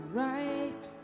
right